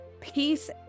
peace